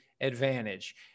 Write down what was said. advantage